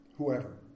whoever